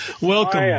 Welcome